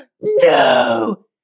no